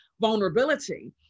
vulnerability